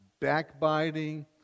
backbiting